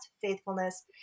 faithfulness